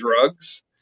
drugs